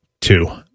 Two